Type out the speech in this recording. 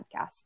podcast